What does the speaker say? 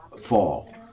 fall